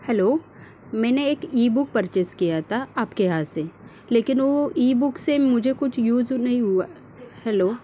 hello मैने एक ebook purchase किया था आपके यहांसे लेकिन वो ईबुकसे मुझे कुछ युज नही हुआ हॅलो